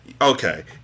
okay